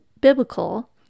biblical